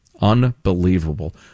Unbelievable